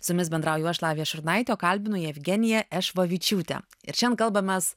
su jumis bendrauju aš lavija šurnaitė o kalbinu jevgeniją ešvavičiūtę ir šiandien kalbamės